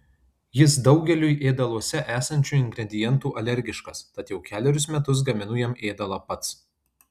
jis daugeliui ėdaluose esančių ingredientų alergiškas tad jau kelerius metus gaminu jam ėdalą pats